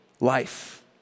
life